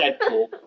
Deadpool